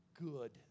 good